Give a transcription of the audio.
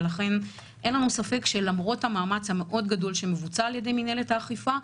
אין לנו ספק שלמרות המאמץ הגדול מאוד שמבוצע על ידי מינהלת האכיפה,